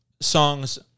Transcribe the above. songs